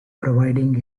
providing